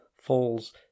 falls